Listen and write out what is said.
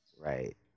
Right